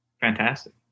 Fantastic